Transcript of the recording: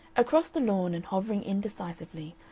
across the lawn and hovering indecisively,